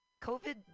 covid